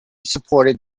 supported